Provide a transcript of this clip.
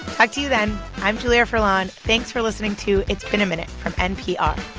talk to you then. i'm julia furlan. thanks for listening to it's been a minute from npr